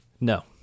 No